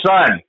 Son